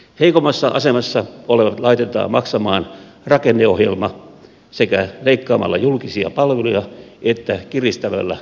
heikoimmassa asemassa olevat laitetaan maksamaan rakenneohjelma sekä leikkaamalla julkisia palveluja että kiristämällä kunnallisveroja